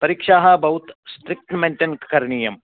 परीक्षाः बहु strict maintain करणीयं